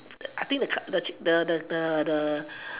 I think the the the